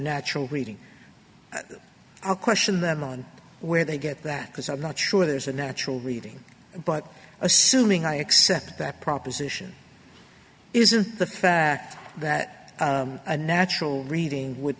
natural reading question that one where they get that because i'm not sure there's a natural reading but assuming i accept that proposition isn't the fact that a natural reading would